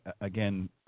again